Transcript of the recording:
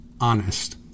honest